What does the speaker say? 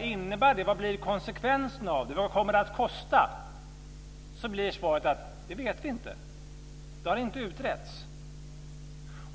innebär, vad konsekvensen blir och vad det kommer att kosta blir svaret: Det vet vi inte. Det har inte utretts.